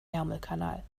ärmelkanal